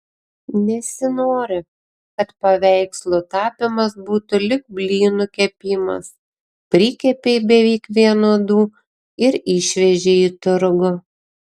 nesinori kad paveikslų tapymas būtų lyg blynų kepimas prikepei beveik vienodų ir išvežei į turgų